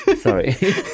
Sorry